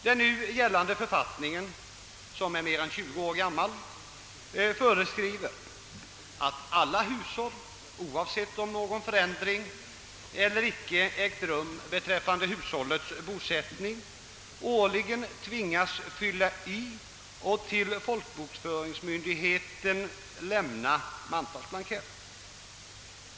Den nu gällande förordningen som är mer än 20 år gammal föreskriver att alla hushåll, oavsett om någon förändring ägt rum beträffande bosättningen eller ej, årligen skall fylla i och till folkbokföringsmyndigheten lämna in mantalsblankett.